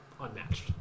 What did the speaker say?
unmatched